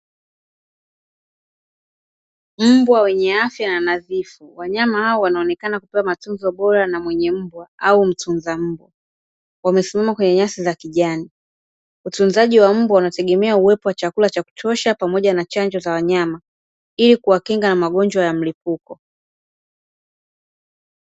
Mbwa wenye afya na nadhifu, wanyama hao wanaonekana kupewa matunzo bora na mwenye mbwa au mtunza mbwa, wamesimama kwenye nyasi za kijani. Utunzaji wa mbwa unategemea uwepo wa chakula cha kutosha pamoja na chanjo za wanyama ili kuwakinga na magonjwa ya mlipuko.